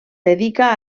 dedica